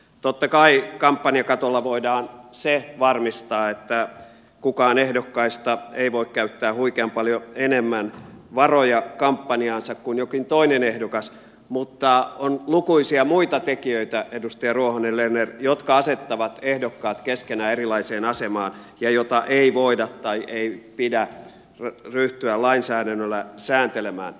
totta kai kampanjakatolla voidaan se varmistaa että kukaan ehdokkaista ei voi käyttää huikean paljon enemmän varoja kampanjaansa kuin joku toinen ehdokas mutta on lukuisia muita tekijöitä edustaja ruohonen lerner jotka asettavat ehdokkaat keskenään erilaiseen asemaan ja joita ei voida tai ei pidä ryhtyä lainsäädännöllä sääntelemään